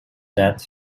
that